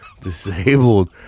Disabled